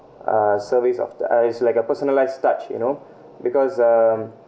uh service of the uh it's like a personalised touch you know because um